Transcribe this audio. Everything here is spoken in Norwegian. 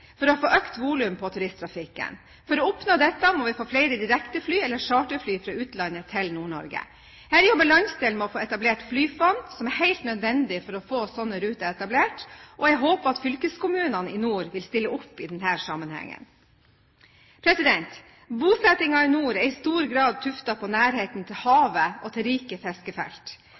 for å få økt volum på turisttrafikken. For å oppnå dette må vi få flere direktefly eller charterfly fra utlandet til Nord-Norge. Her jobber landsdelen med å få etablert flyrutefond, som er helt nødvendig for å få slike ruter etablert, og jeg håper at fylkeskommunene i nord vil stille opp i denne sammenheng. Bosettingen i nord er i stor grad tuftet på nærheten til havet og til rike fiskefelt.